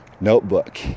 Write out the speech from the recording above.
notebook